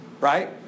Right